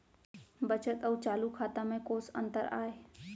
बचत अऊ चालू खाता में कोस अंतर आय?